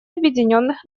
объединенных